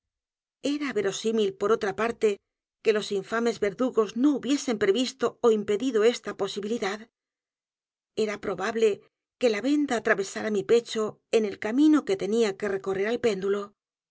verosímil por otra p a r t e que los infames verdugos no hubiesen previsto ó impedido esta posibilidad era probable que la venda atravesara mi pecho en el camino que tenía que recorrer el péndulo